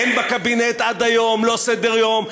אין בקבינט עד היום לא סדר-יום,